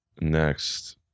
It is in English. Next